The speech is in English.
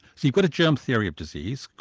so you've got a germ theory of disease,